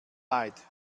leid